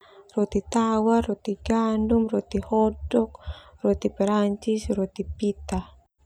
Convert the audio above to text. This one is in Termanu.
Roti tawar, roti gandum, roti hotdog, roti Perancis, roti pita.